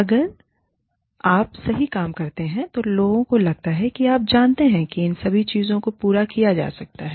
अगर आप सही काम करते हैं तो लोगों को लगता है कि आप जानते हैं कि इन सभी चीजों को पूरा किया जा सकता है